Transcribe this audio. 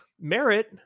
Merit